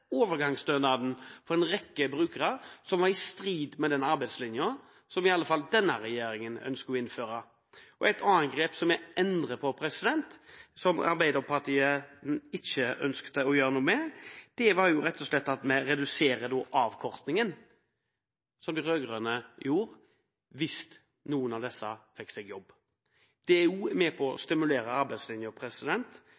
overgangsstønaden for en rekke brukere, noe som var i strid med arbeidslinjen, som i alle fall denne regjeringen ønsker å innføre. En annen endring vi gjør, som Arbeiderpartiet ikke ønsket å gjøre noe med, er at vi rett og slett reduserer avkortingen – som de rød-grønne gjorde – hvis noen av disse får seg jobb. Det er også med på å